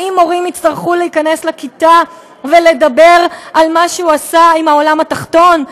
האם מורים הצטרכו להיכנס לכיתה ולדבר על מה שהוא עשה עם העולם התחתון?